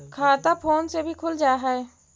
खाता फोन से भी खुल जाहै?